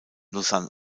lausanne